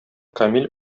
камил